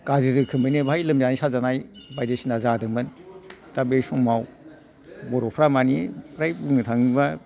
गाज्रि रोखोमै बाहाय लोमजानाय साजानाय बायदिसिना जादोंमोन दा बे समाव बर'फ्रा मानि फ्राय बुंनो थाङोब्ला